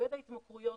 עובד ההתמכרויות